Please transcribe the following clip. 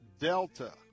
Delta